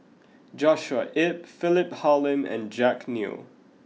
Joshua Ip Philip Hoalim and Jack Neo